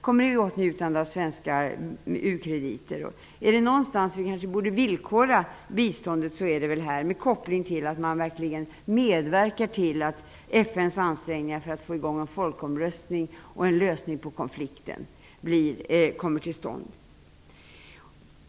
kommer i åtnjutande av svenska u-krediter. Om det är någonstans vi borde villkora biståndet så är det väl här, med koppling till att man verkligen medverkar till att FN:s ansträngningar för att få i gång en folkomröstning och en lösning på konflikten kommer till stånd.